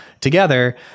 together